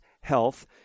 Health